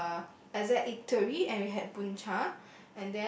uh exact eatery and we had bun-cha